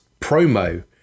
promo